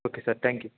okay sir thank you